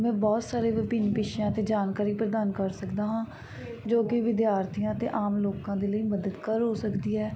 ਮੈਂ ਬਹੁਤ ਸਾਰੇ ਵਿਭਿੰਨ ਵਿਸ਼ਿਆਂ 'ਤੇ ਜਾਣਕਾਰੀ ਪ੍ਰਦਾਨ ਕਰ ਸਕਦਾ ਹਾਂ ਜੋ ਕਿ ਵਿਦਿਆਰਥੀਆਂ ਅਤੇ ਆਮ ਲੋਕਾਂ ਦੇ ਲਈ ਮਦਦਗਾਰ ਹੋ ਸਕਦੀ ਹੈ